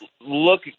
look